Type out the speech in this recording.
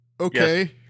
okay